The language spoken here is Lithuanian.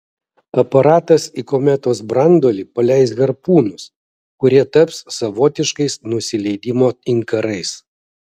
aparatas į kometos branduolį paleis harpūnus kurie taps savotiškais nusileidimo inkarais